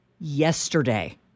yesterday